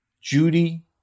Judy